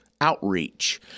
outreach